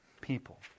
people